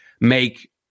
make